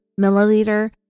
milliliter